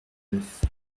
neuf